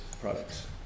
products